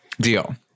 Deal